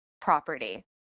property